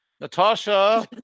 Natasha